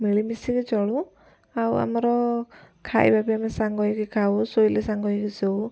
ମିଳିମିଶିକି ଚଳୁ ଆଉ ଆମର ଖାଇବା ବି ଆମେ ସାଙ୍ଗ ହେଇକି ଖାଉ ଶୋଇଲେ ସାଙ୍ଗ ହେଇକି ଶୋଉ